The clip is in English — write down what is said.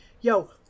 yo